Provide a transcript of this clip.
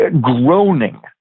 groaning